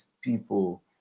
people